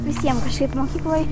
visiem kažkaip mokykloj